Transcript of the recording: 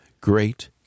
great